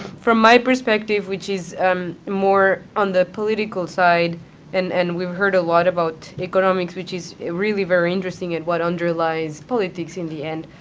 from my perspective, which is um more on the political side and and we've heard a lot about economics, which is really very interesting and what underlies politics in the end